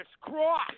cross